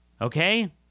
Okay